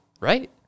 right